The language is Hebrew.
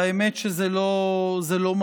והאמת שזה לא מפתיע,